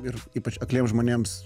ir ypač akliems žmonėms